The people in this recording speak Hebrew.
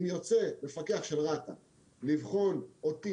אם יוצא מפקח של רת"א לבחון אותי